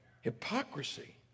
Hypocrisy